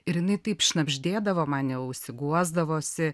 ir jinai taip šnabždėdavo man į ausį guosdavosi